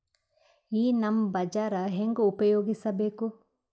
ಈ ನಮ್ ಬಜಾರ ಹೆಂಗ ಉಪಯೋಗಿಸಬೇಕು?